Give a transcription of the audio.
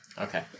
Okay